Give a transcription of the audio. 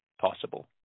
possible